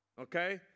okay